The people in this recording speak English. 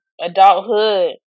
adulthood